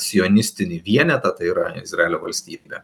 sionistinį vienetą tai yra izraelio valstybę